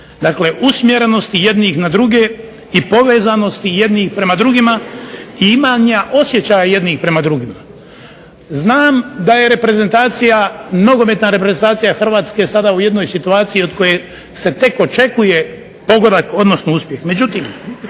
dakle usmjerenosti jednih na druge, i povezanosti jednih prema drugima, i imanja osjećaja jednih prema drugima. Znam da je reprezentacija, nogometna reprezentacija Hrvatske sada u jednoj situaciji od koje se tek očekuje pogodak, odnosno uspjeh.